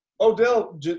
Odell